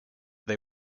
they